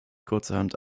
kurzerhand